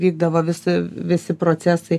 vykdavo visi visi procesai